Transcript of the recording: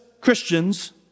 Christians